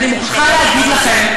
אני מוכרחה לומר לכם,